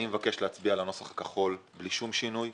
אני מבקש להצביע על הנוסח הכחול בלי שום שינוי.